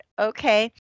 okay